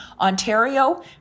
Ontario